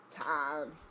Time